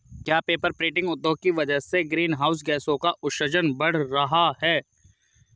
क्या paper printing उद्योग की वजह से ग्रीन हाउस गैसों का उत्सर्जन बढ़ रहा है?